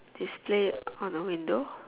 display on a window